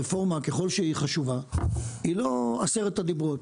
הרפורמה, ככל שהיא חשובה, היא לא עשרת הדברות.